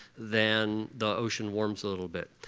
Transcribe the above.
then the ocean warms a little bit.